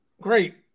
great